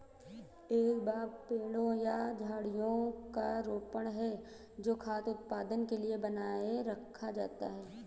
एक बाग पेड़ों या झाड़ियों का रोपण है जो खाद्य उत्पादन के लिए बनाए रखा जाता है